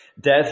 death